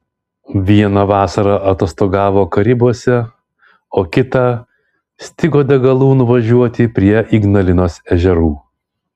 vieną vasarą atostogavo karibuose o kitą stigo degalų nuvažiuoti prie ignalinos ežerų